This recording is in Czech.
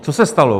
Co se stalo?